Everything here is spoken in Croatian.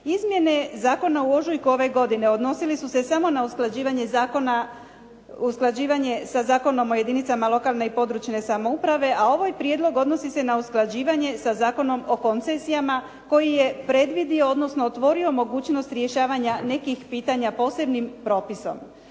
Izmjene zakona u ožujku ove godine odnosili su se samo na usklađivanje sa zakonom o jedinicama lokalne i područne samouprave, a ovaj prijedlog odnosi se na usklađivanje sa Zakonom o koncesijama koji je predvidio, odnosno otvorio mogućnost rješavanja nekih pitanja posebnim propisom.